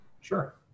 Sure